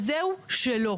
אז זהו, שלא.